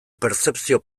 pertzepzio